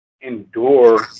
endure